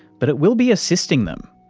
but it will be assisting them,